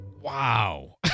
Wow